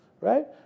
right